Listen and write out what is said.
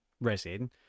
resin